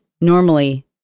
normally